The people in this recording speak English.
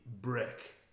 brick